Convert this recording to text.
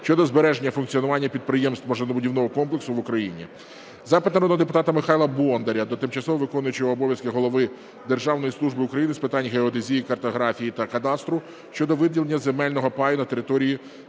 щодо збереження функціонування підприємств машинобудівного комплексу в Україні. Запит народного депутата Михайла Бондаря до тимчасово виконуючого обов'язки голови Державної служби України з питань геодезії, картографії та кадастру щодо виділення земельного паю на території